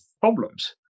problems